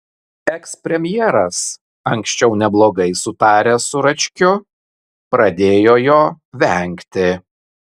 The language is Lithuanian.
ekspremjeras anksčiau neblogai sutaręs su račkiu pradėjo jo vengti